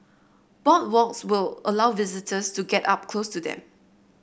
boardwalks will allow visitors to get up close to them